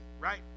Right